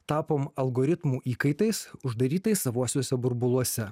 tapom algoritmų įkaitais uždarytais savuosiuose burbuluose